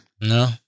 No